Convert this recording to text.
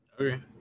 Okay